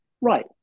right